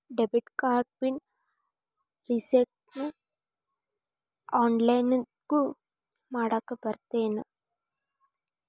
debit card pin ರಿಸೆಟ್ನ ಆನ್ಲೈನ್ದಗೂ ಮಾಡಾಕ ಬರತ್ತೇನ್